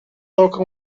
toca